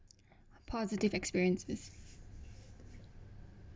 positive experiences